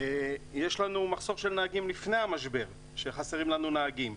יש לנו מחסור בנהגים לפני המשבר, חסרים לנו נהגים.